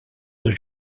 dos